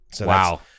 Wow